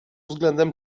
względem